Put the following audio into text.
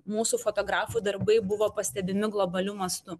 mūsų fotografų darbai buvo pastebimi globaliu mastu